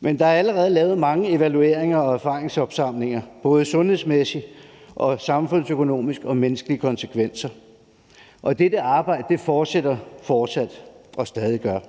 Men der er allerede lavet mange evalueringer og erfaringsopsamlinger, både sundhedsmæssigt og samfundsøkonomisk og med hensyn til menneskelige konsekvenser. Dette arbejde fortsætter stadig.